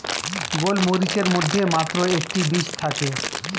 গোলমরিচের মধ্যে মাত্র একটি বীজ থাকে